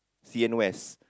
Jurong west